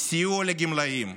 סיוע לגמלאים,